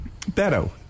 Beto